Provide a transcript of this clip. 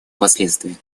последствия